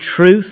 truth